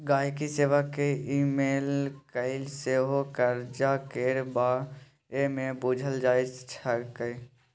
गांहिकी सेबा केँ इमेल कए सेहो करजा केर बारे मे बुझल जा सकैए